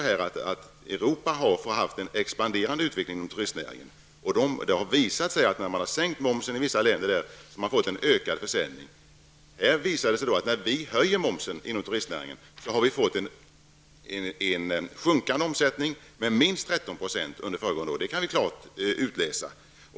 I övriga Europa har man ju haft en expanderande utveckling inom turistnäringen, och det har visat sig att när man i vissa länder har sänkt momsen, har man fått en ökad försäljning. Här har det visat sig att höjningen av momsen inom turistnäringen under föregående år har gett upphov till en minskning av omsättningen med minst 13 %. Detta kan man klart utläsa.